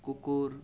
কুকুৰ